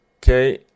Okay